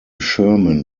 sherman